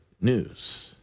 news